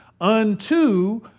unto